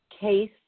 case